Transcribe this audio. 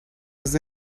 was